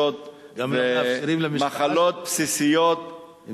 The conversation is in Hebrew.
קשות ומחלות בסיסיות, גם לא מאפשרים למשפחה?